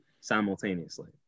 simultaneously